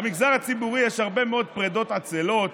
במגזר הציבורי יש הרבה מאוד פרידות עצלות,